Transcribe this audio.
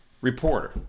reporter